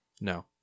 No